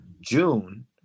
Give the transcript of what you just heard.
june